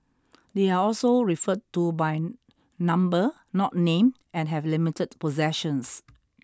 they are also referred to by number not name and have limited possessions